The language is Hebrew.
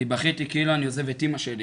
אני בכיתי כאילו אני עוזב את אימא שלי,